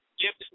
give